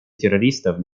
террористов